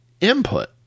input